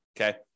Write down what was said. Okay